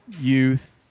youth